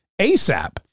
ASAP